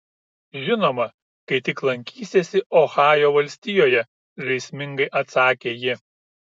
žinoma kai tik lankysiesi ohajo valstijoje žaismingai atsakė ji